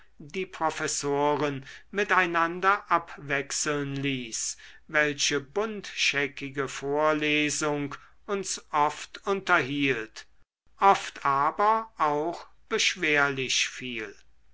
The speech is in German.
die professoren miteinander abwechseln ließ welche buntscheckige vorlesung uns oft unterhielt oft aber auch beschwerlich fiel